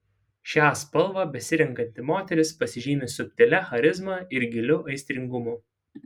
šią spalvą besirenkanti moteris pasižymi subtilia charizma ir giliu aistringumu